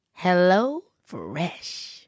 HelloFresh